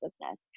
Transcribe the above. business